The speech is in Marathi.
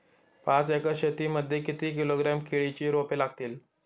पाच एकर शेती मध्ये किती किलोग्रॅम केळीची रोपे लागतील?